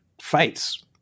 fights